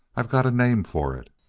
i got a name for it.